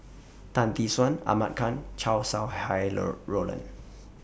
Tan Tee Suan Ahmad Khan Chow Sau Hai Roland